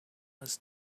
was